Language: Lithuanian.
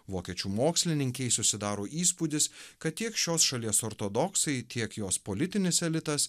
vokiečių mokslininkei susidaro įspūdis kad tiek šios šalies ortodoksai tiek jos politinis elitas